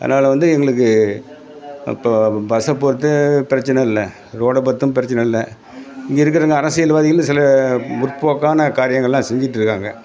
அதனால வந்து எங்களுக்கு இப்போ பஸ்ஸை பொறுத்து பிரச்சனை இல்ல ரோட பொருத்தும் பிரச்சனை இல்லை இங்கே இருக்கிறங்க அரசியல்வாதிலேந்து சில முற்போக்கான காரியங்கள்லாம் செஞ்சிட்டுருக்காங்க